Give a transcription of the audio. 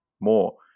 more